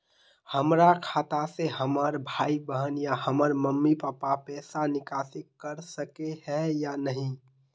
हमरा खाता से हमर भाई बहन या हमर मम्मी पापा पैसा निकासी कर सके है या नहीं?